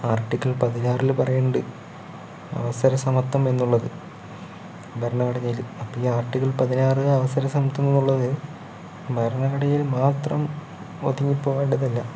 article പതിനാറില് പറയിണ്ട് അവസര സമത്വം എന്നുള്ളത് ഭരണഘടനേല് അപ്പോൾ ഈ ആർട്ടിക്കിൾ പതിനാറ് അവസര സമത്വം എന്നുള്ളത് ഭരണഘടനയിൽ മാത്രം ഒതുങ്ങിപ്പോകേണ്ടതല്ല